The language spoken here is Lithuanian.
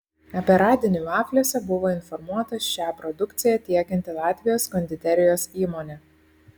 apie radinį vafliuose buvo informuota šią produkciją tiekianti latvijos konditerijos įmonė